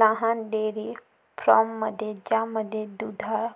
लहान डेअरी फार्ममध्ये ज्यामध्ये दुधाळ